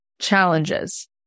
challenges